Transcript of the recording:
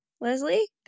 Leslie